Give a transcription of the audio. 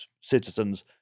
citizens